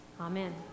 Amen